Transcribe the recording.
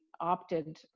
opted